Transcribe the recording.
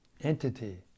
entity